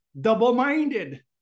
double-minded